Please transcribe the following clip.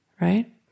right